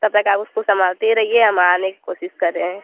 तब तक आप उसको संभालते रहिए हम आने की कोशिश कर रहे हैं